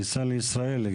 הכניסה לישראל.